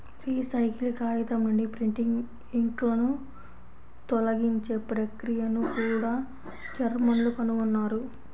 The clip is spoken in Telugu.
రీసైకిల్ కాగితం నుండి ప్రింటింగ్ ఇంక్లను తొలగించే ప్రక్రియను కూడా జర్మన్లు కనుగొన్నారు